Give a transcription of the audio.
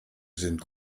sind